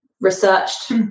researched